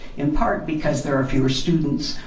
in part because there are fewer students,